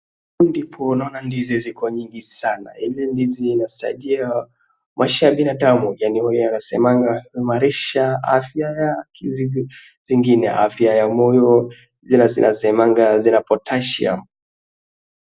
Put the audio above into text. Ndizi ziko nyingi sana na zinasaidia kuponya magonjwa ya moyo na pia zina potassium.